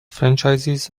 franchises